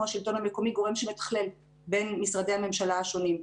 השלטון המקומי גורם שמתכלל בין משרדי הממשלה השונים,